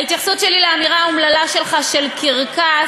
ההתייחסות שלי לאמירה האומללה שלך של קרקס